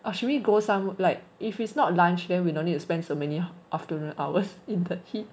or should we go somewhere like if it's not lunch then we no need to spend so many afternoon hours in the heat